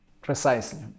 Precisely